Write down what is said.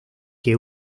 que